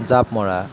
জাঁপ মৰা